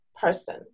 person